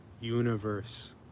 universe